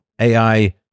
AI